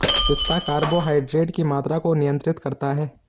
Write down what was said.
पिस्ता कार्बोहाइड्रेट की मात्रा को नियंत्रित करता है